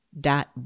dot